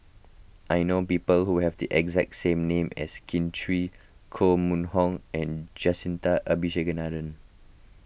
I know people who have the exact name as Kin Chui Koh Mun Hong and Jacintha Abisheganaden